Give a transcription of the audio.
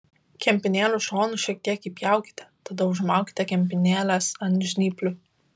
kempinėlių šonus šiek tiek įpjaukite tada užmaukite kempinėles ant žnyplių